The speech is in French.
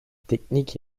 technique